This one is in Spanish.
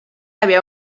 había